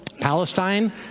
Palestine